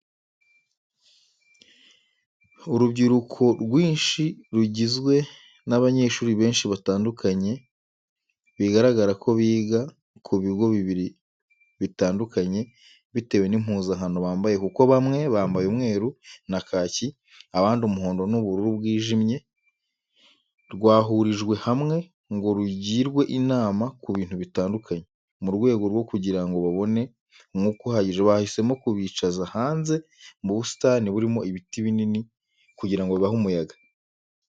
Urubyiruko rwinshi rugizwe n'abanyeshuri benshi batandukanye bigaragara ko biga ku bigo bibiri bitandukanye bitewe n'impuzankano bambaye kuko bamwe bambaye umweru na kaki abandi umuhondo n'ubururu bwijimye, rwahurijwe hamwe ngo rugirwe inama ku bintu bitandukanye. Mu rwego rwo kugira ngo babone umwuka uhagije, bahisemo kubicaza hanze mu busitani burimo ibiti binini kugira ngo bibahe umuyaga.